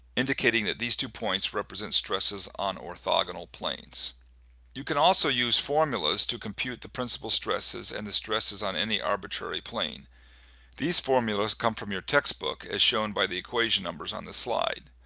indicating that these two points represent stresses on orthogonal planes. nine you can also use formulas to compute the principle stresses and the stresses on any arbitrary plane these formulas come from your textbooks as show and by the equation numbers on this slide.